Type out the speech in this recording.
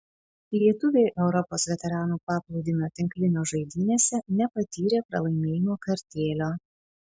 lietuviai europos veteranų paplūdimio tinklinio žaidynėse nepatyrė pralaimėjimo kartėlio